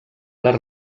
les